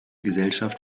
gesellschaft